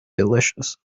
delicious